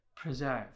preserve